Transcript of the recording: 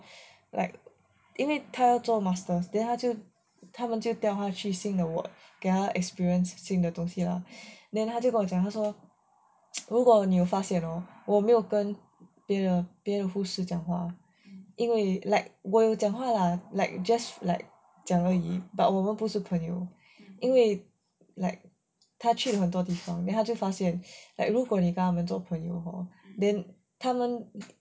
like 因为他要做 masters then 他就他们就掉他去新的 ward 给他 experience 新的东西 lah then 他就跟我讲他说如果你有发现 hor 我没有跟别的别的护士讲话因为 like 我有讲话 lah like just like 讲而已 but 我们不是朋友因为 like 他去很多地方 then 他就发现 like 如果你跟他们做朋友 then 他们